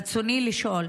ברצוני לשאול: